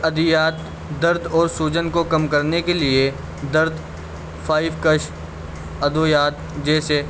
ادیات درد اور سوجن کو کم کرنے کے لیے درد فائیو کش ادویات جیسے